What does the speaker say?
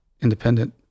independent